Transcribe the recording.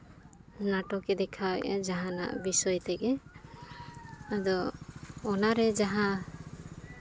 ᱱᱟᱴᱚᱠᱮ ᱫᱮᱠᱷᱟᱣᱮᱫᱼᱟ ᱡᱟᱦᱟᱱᱟᱜ ᱵᱤᱥᱚᱭ ᱛᱮᱜᱮ ᱟᱫᱚ ᱚᱱᱟᱨᱮ ᱡᱟᱦᱟᱸ